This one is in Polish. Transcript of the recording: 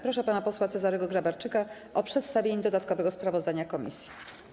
Proszę pana posła Cezarego Grabarczyka o przedstawienie dodatkowego sprawozdania komisji.